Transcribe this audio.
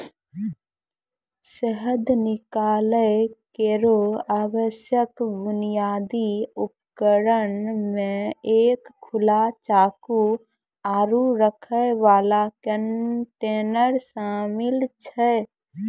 शहद निकालै केरो आवश्यक बुनियादी उपकरण म एक खुला चाकू, आरु रखै वाला कंटेनर शामिल छै